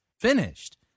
finished